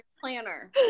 planner